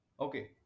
Okay